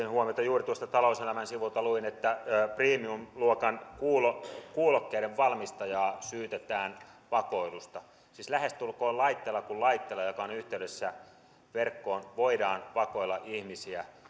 huomiota juuri talouselämän sivuilta luin että premium luokan kuulokkeiden kuulokkeiden valmistajaa syytetään vakoilusta siis lähestulkoon laitteella kuin laitteella joka on yhteydessä verkkoon voidaan vakoilla ihmisiä